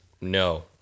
No